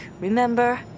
remember